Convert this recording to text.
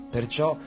Perciò